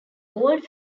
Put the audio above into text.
old